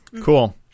cool